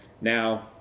Now